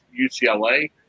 UCLA